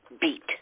beat